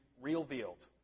Revealed